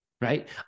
right